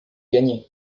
gagné